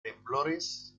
temblores